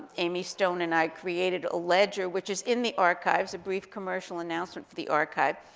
amy stone and i created a ledger which is in the archives, a brief commercial announcement for the archive.